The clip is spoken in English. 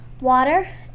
water